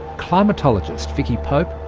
climatologist vicky pope,